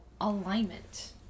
alignment